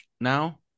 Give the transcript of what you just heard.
now